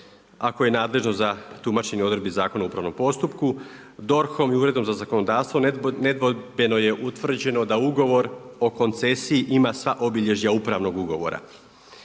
a koje je nadležno za tumačenje odredbi Zakona o upravnom postupku, DORH-om i Uredom za zakonodavstvo nedvojbeno je utvrđeno da ugovor o koncesiji ima sva obilježja upravnog ugovora.